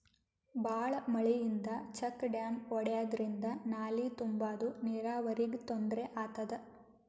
ಭಾಳ್ ಮಳಿಯಿಂದ check dam ಒಡ್ಯಾದ್ರಿಂದ ನಾಲಿ ತುಂಬಾದು ನೀರಾವರಿಗ್ ತೊಂದ್ರೆ ಆತದ